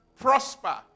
prosper